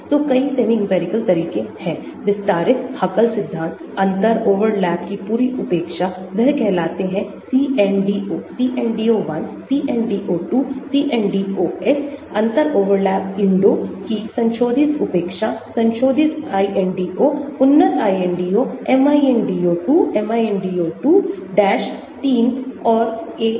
तो कई semi empirical तरीके हैं विस्तारित हकल सिद्धांत अंतर ओवरलैप की पूरी उपेक्षा वह कहलाते हैं CNDO CNDO1 CNDO2 CNDOS अंतर ओवरलैप INDO की संशोधित उपेक्षा संशोधित INDO उन्नत INDO MINDO 2 MINDO 2 dash 3 AMPAC